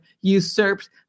usurped